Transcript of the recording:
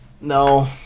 No